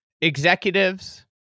Executives